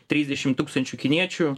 trisdešim tūkstančių kiniečių